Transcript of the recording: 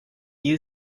you